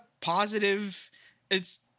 positive—it's